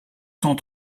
cent